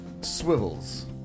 swivels